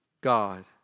God